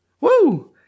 Woo